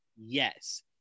Yes